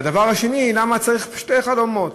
והדבר השני הוא: למה צריך שני חלומות?